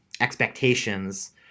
expectations